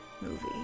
movie